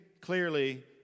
clearly